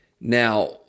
Now